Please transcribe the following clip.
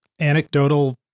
anecdotal